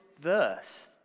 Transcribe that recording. verse